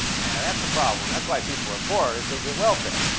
that's the problem. that's why people are poor, is they get welfare.